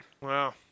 Wow